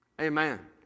Amen